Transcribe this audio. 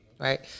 right